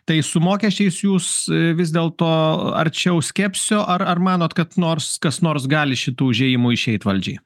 tai su mokesčiais jūs vis dėl to arčiau skepsio ar ar manot kad nors kas nors gali šitu užėjimu išeit valdžiai